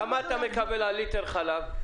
כמה אתה מקבל על ליטר חלב?